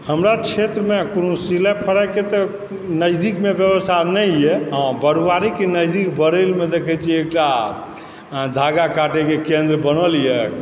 हमरा क्षेत्रमे कोनो सिलाई फराईके तऽ नजदीकमे व्यवस्था नहि यऽ हँ बरुआरी के नजदीक बरैलमे देखै छियै एकटा धागा काटइके केन्द्र बनल यऽ